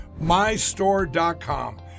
MyStore.com